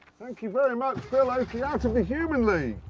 thank you very much, phil oakey, out of the human league!